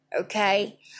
okay